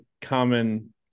common